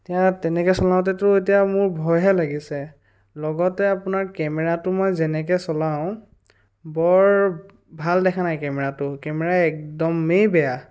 এতিয়া তেনেকৈ চলাওঁতেতো এতিয়া মোৰ ভয়হে লাগিছে লগতে আপোনাৰ কেমেৰাটো মই যেনেকৈ চলাওঁ বৰ ভাল দেখা নাই কেমেৰাটো কেমেৰা একদমেই বেয়া